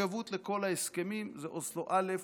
מחויבות לכל ההסכמים, זה אוסלו א',